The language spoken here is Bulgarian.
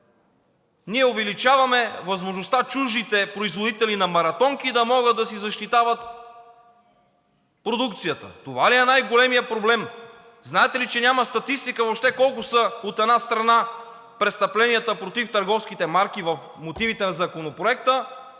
ние увеличаваме възможността чуждите производители на маратонки да могат да си защитават продукцията. Това ли е най-големият проблем? Знаете ли, че въобще няма статистика колко са, от една страна, престъпленията против търговските марки в мотивите на Законопроекта?